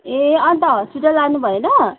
ए अन्त हस्पिटल लानु भएन